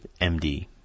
MD